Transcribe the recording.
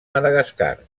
madagascar